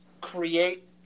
create